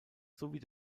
sowie